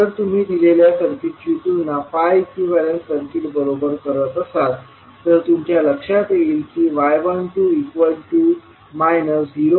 जर तुम्ही दिलेल्या सर्किटची तुलना pi इक्विवेलेंट सर्किट बरोबर करत असाल तर तुमच्या लक्षात येईल की y12 0